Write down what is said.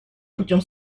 путем